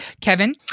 Kevin